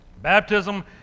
Baptism